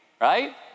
right